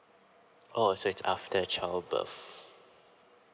so it's after the child birth